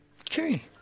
okay